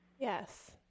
Yes